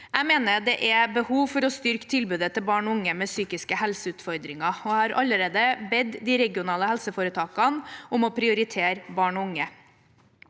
Jeg mener det er behov for å styrke tilbudet til barn og unge med psykiske helseutfordringer, og jeg har allerede bedt de regionale helseforetakene om å prioritere